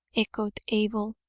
echoed abel,